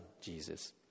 Jesus